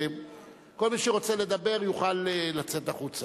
כל מי שרוצה לדבר יוכל לצאת החוצה.